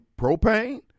propane